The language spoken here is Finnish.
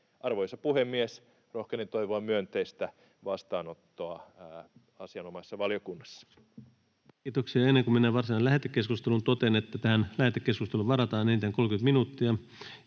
Arvoisa puhemies! Rohkenen toivoa myönteistä vastaanottoa asianomaisessa valiokunnassa. Kiitoksia. — Ennen kuin mennään varsinaiseen lähetekeskusteluun, totean, että tähän lähetekeskusteluun varataan enintään 30 minuuttia,